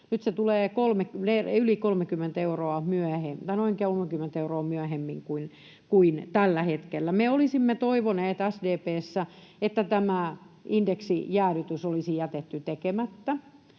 Nyt se tulee noin 30 euroa myöhemmin kuin tällä hetkellä. Me olisimme toivoneet SDP:ssä, että tämä indeksijäädytys olisi jätetty tekemättä.